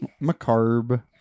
macarb